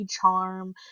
charm